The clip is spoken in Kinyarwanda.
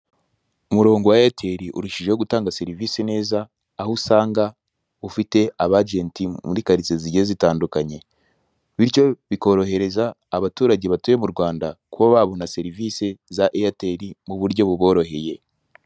Umurongo wa eyateri urushijeho gutanga serivise neza, aho usanga ufite aba agenti muri karitsiye zigiye zitandukanye; bityo bikorohereza abaturage batuye mu Rwanda kuba babona serivise za eyateri mu buryo buboroheye.